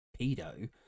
pedo